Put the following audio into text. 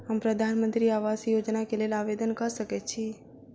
हम प्रधानमंत्री आवास योजना केँ लेल आवेदन कऽ सकैत छी?